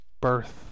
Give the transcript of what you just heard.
birth